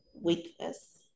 weakness